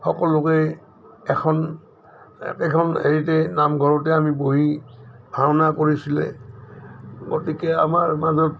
সকলোকে এখন এখন হেৰিতে নামঘৰতে আমি বহি ভাওনা কৰিছিলে গতিকে আমাৰ মাজত